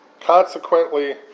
Consequently